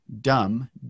dumb